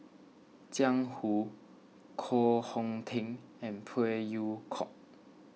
Jiang Hu Koh Hong Teng and Phey Yew Kok